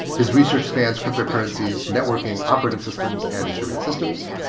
his research spans cryptocurrency's networking, operating systems and distributed systems.